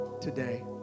today